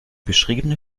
beschriebene